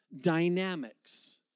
dynamics